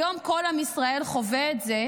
היום כל עם ישראל חווה את זה,